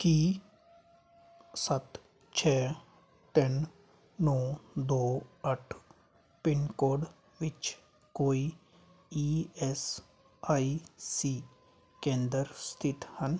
ਕੀ ਸੱਤ ਛੇ ਤਿੰਨ ਨੌਂ ਦੋ ਅੱਠ ਪਿਨ ਕੋਡ ਵਿੱਚ ਕੋਈ ਈ ਐਸ ਆਈ ਸੀ ਕੇਂਦਰ ਸਥਿਤ ਹਨ